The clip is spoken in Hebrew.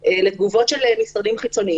לתגובות של משרדים חיצוניים,